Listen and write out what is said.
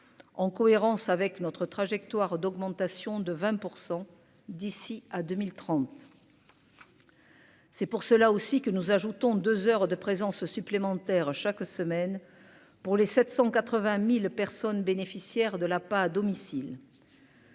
en cohérence avec notre trajectoire d'augmentation de 20 pour 100 d'ici à 2030. C'est pour cela aussi que nous ajoutons 2 heures de présence supplémentaire chaque semaine pour les 780000 personnes bénéficiaires de la pas à domicile.